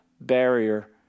barrier